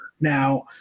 Now